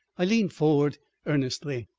i leant forward earnestly.